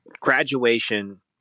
graduation